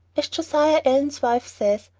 as josiah allen's wife says,